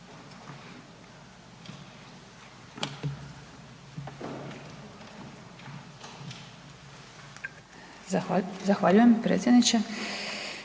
Zahvaljujem predsjedniče.